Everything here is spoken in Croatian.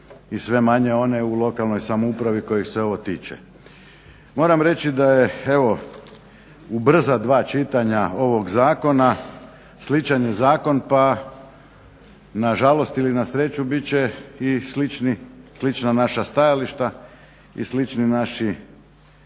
i sve manje one u lokalnoj samoupravi kojih se ovo tiče. Moram reći da je evo u brza dva čitanja ovog zakona sličan je zakon pa na žalost ili na sreću bit će i slična naša stajališta i slični naši